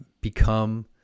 become